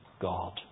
God